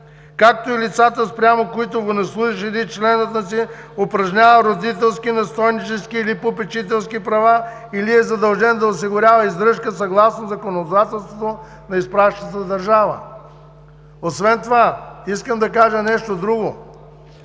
както и лицата, спрямо които военнослужещите или членовете упражняват родителските, настойнически или попечителски права, или са задължени да осигуряват издръжка съгласно законодателството на изпращащата държава. Освен това, искам да кажа нещо друго.